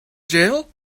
jail